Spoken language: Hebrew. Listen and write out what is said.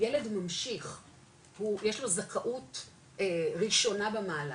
ילד ממשיך יש לו זכאות ראשונה במעלה